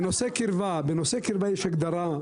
בנושא קירבה יש הגדרה,